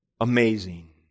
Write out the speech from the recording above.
amazing